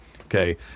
Okay